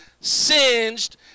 singed